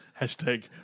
Hashtag